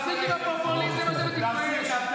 תפסיק עם הפופוליזם הזה, ותתבייש.